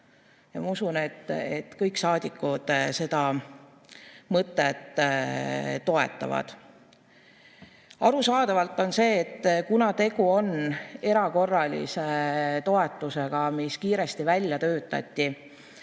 ära. Ma usun, et kõik saadikud seda mõtet toetavad. On arusaadav, et kuna tegu on erakorralise toetusega, mis kiiresti välja töötati